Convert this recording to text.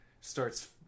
starts